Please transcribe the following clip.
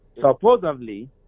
supposedly